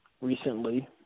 recently